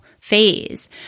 phase